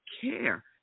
care